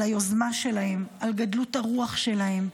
על היוזמה שלהם, על גדלות הרוח שלהם.